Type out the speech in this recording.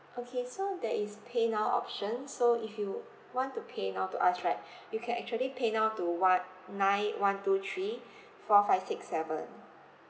okay so there is paynow option so if you want to paynow to us right you can actually paynow to one nine one two three four five six seven